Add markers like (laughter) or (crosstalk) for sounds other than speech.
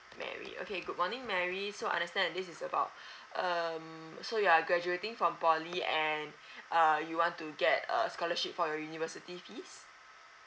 mary okay good morning mary so understand this is about (breath) um so you are graduating from poly and (breath) uh you want to get a scholarship for your university fees